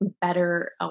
better